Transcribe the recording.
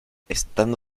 estando